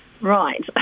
Right